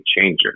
changer